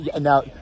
now